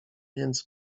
więc